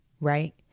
right